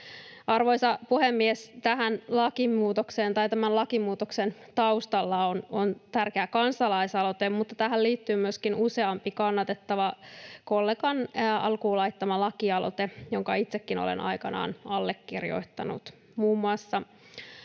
Arvoisa puhemies! Tämän lakimuutoksen taustalla on tärkeä kansalaisaloite, mutta tähän liittyy myöskin useampi kannatettava, kollegan alkuun laittama lakialoite, jollaisen itsekin olen aikanaan allekirjoittanut — muun muassa